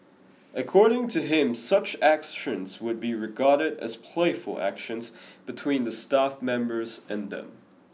according to him such actions would be regarded as playful actions between the staff members and them